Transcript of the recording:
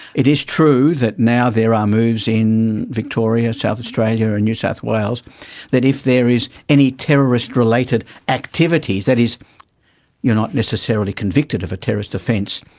it is true that now there are moves in victoria, south australia and new south wales that if there is any terrorist related activities, that is you are not necessarily convicted of a terrorist offence,